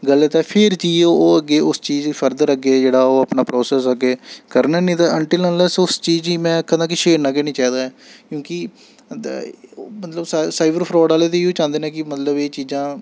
गल्त ऐ फिर चीज ओह् ओह् अग्गें उस चीज गी फर्दर अग्गें जेह्ड़ा ओह् अपना प्रोसैस्स ऐ अग्गें करन नेईं ते अंटिल अन्लैस उस चीज गी में आखा नां कि छेड़ना गै निं चाहिदा ऐ क्योंकि मतलब साई साइबर फ्राड आह्ले ते इ'यो चांह्दे नै कि मतलब एह् चीजां